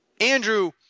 Andrew